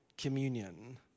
communion